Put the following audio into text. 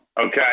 okay